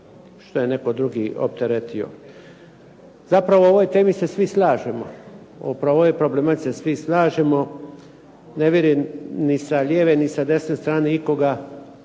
što je netko drugi opteretio. Zapravo u ovoj temi se svi slažemo, o ovoj problematici se svi slažemo. Ne vidim ni sa lijeve ni sa desne strane ikoga